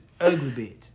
Ugly